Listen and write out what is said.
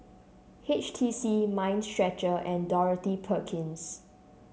H T C Mind Stretcher and Dorothy Perkins